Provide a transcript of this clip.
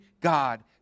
God